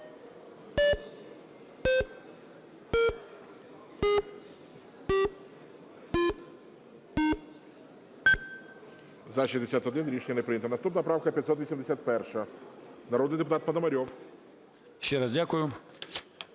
За-61 Рішення не прийнято. Наступна правка 581, народний депутат Пономарьов. 13:01:22